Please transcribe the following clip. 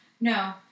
No